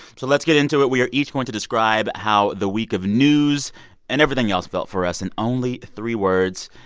so let's get into it. we are each going to describe how the week of news and everything else felt for us in only three words.